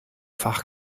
fach